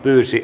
pyysi